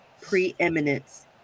preeminence